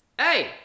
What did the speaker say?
Hey